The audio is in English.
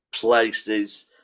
places